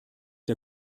der